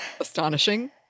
astonishing